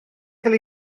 cael